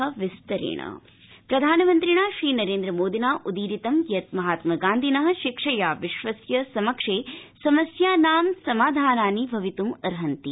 प्रधानमंत्री प्रधानमन्त्रिणा नरेन्द्र मोदिनोदीरितं यत् महात्म गांधिन शिक्षया विश्वस्य समक्षे समास्यानां समाधाननि भवितृमर्हन्ति